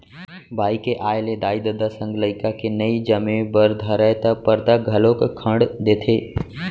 बाई के आय ले दाई ददा संग लइका के नइ जमे बर धरय त परदा घलौक खंड़ देथे